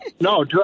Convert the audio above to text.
No